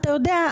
אתה יודע,